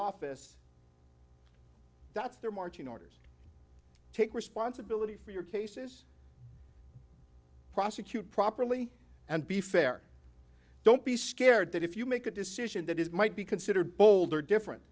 office that's their marching orders take responsibility for your cases prosecute properly and be fair don't be scared that if you make a decision that is might be considered pulled or different